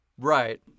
Right